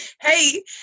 Hey